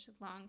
long